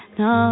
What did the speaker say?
no